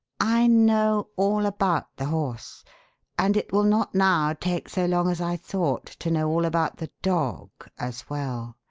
i know all about the horse and it will not now take so long as i thought to know all about the dog as well.